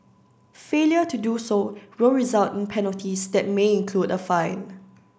failure to do so will result in penalties that may include a fine